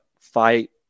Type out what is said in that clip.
fight